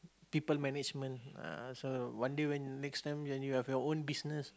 people management ah so one day when next time when you have your own business